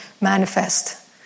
manifest